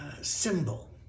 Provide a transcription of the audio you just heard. symbol